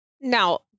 Now